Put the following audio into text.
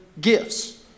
gifts